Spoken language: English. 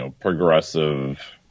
progressive